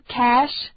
cash